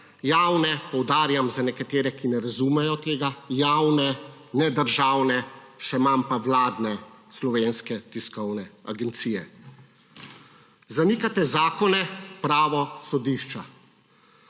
javne, poudarjam za nekatere, ki ne razumejo tega, javne, ne državne, še manj pa vladne Slovenske tiskovne agencije. Zanikate zakone, pravo, sodišča.